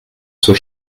zur